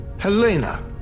Helena